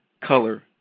color